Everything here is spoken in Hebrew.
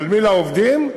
שלמי לעובדים,